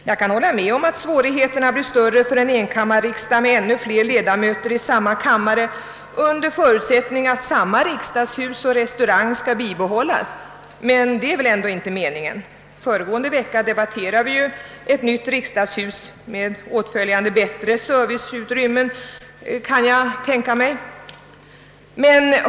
Jag kan hålla med om att svårigheterna blir större för en enkammarriksdag med ännu fler ledamöter i samma kammare, under förutsättning att samma riksdagshus och restaurang skall bibehållas. Men det är väl ändå inte meningen! Föregående vecka debatterade vi ett förslag om nytt riksdagshus — med åtföljande bättre serviceutrymmen, kan jag tänka mig.